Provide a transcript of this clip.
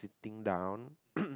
sitting down